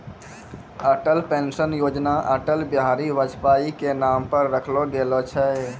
Atal pension योजना अटल बिहारी वाजपेई के नाम पर रखलो गेलो छै